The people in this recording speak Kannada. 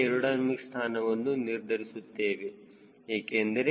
c ಸ್ಥಾನವನ್ನು ನಿರ್ಧರಿಸುತ್ತೇವೆ ಏಕೆಂದರೆ ರೆಕ್ಕೆಯ a